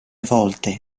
volte